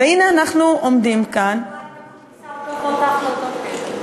והנה אנחנו עומדים כאן, אותי ואותך לאותו כלא.